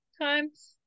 times